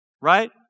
right